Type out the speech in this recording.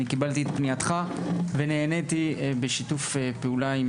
אני קיבלתי את פנייתך ונעניתי לשיתוף פעולה.